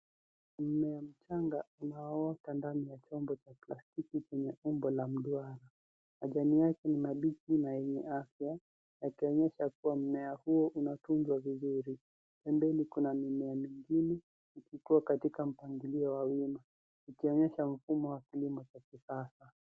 Mmea mchanga unaoota ndani ya chombo cha plastiki chenye umbo la duara. Majani yake ni mabichi na yenye afya yakionyesha kuwa mmea huo unatunzwa vizuri. Pembeni kuna mimea mingine ikikuwa katika mpangilio wa wima ikionyesha mfumo wa kilimo wa kisasa.